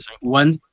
one